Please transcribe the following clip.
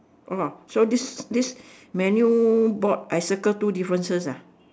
orh so this this menu board I circle two differences ah